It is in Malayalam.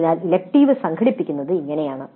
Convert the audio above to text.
അതിനാൽ ഇലക്ടീവ് സംഘടിപ്പിക്കുന്നത് ഇങ്ങനെയാണ്